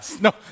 No